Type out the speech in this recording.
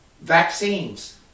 Vaccines